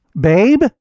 Babe